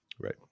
Right